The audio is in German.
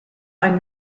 ein